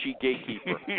gatekeeper